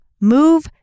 Move